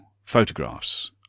photographs